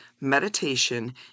meditation